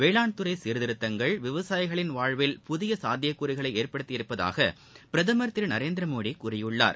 வேளாண்துறைசீர்திருத்தங்கள் விவசாயிகளின் வாழ்வில் புதியசாத்தியகூறுகளைஏற்படுத்தியுள்ளதாகபிரதமர் திருநரேந்திரமோடிகூறியுள்ளார்